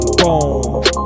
boom